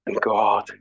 God